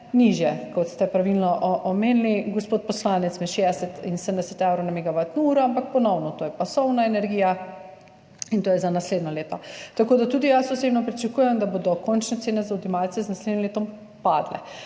nižje, kot ste pravilno omenili, gospod poslanec, med 60 in 70 evrov na megavatno uro, ampak ponovno, to je pasovna energija in to je za naslednje leto. Tako da tudi jaz osebno pričakujem, da bodo končne cene za odjemalce z naslednjim letom padle